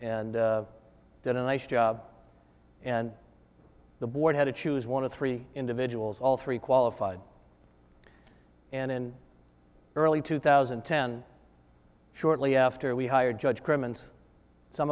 and did a nice job and the board had to choose one of three individuals all three qualified and in early two thousand and ten shortly after we hired judge